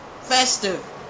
festive